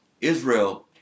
Israel